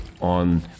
on